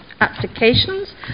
applications